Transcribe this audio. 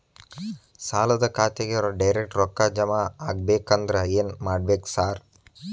ಸಾಲದ ಖಾತೆಗೆ ಡೈರೆಕ್ಟ್ ರೊಕ್ಕಾ ಜಮಾ ಆಗ್ಬೇಕಂದ್ರ ಏನ್ ಮಾಡ್ಬೇಕ್ ಸಾರ್?